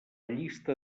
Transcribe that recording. llista